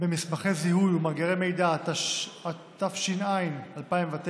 במסמכי זיהוי ובמאגרי מידע, התש"ע 2009,